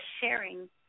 sharing